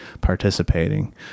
participating